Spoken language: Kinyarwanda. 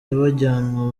bajyanwa